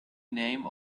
name